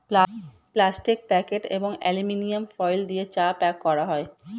plastic packet এবং aluminium foil দিয়ে চা প্যাক করা হয়